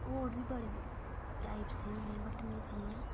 होर बी बड़े टाइप दियां होंदियां बट मिगी जिन्नी